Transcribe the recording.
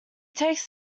takes